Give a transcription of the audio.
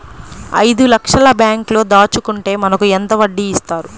ఐదు లక్షల బ్యాంక్లో దాచుకుంటే మనకు ఎంత వడ్డీ ఇస్తారు?